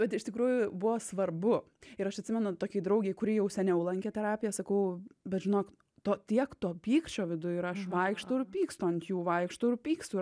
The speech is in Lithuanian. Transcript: vat iš tikrųjų buvo svarbu ir aš atsimenu tokiai draugei kuri jau seniau lankė terapiją sakau bet žinok to tiek to pykčio viduj ir aš vaikštau ir pykstu ant jų vaikštau ir pykstu ir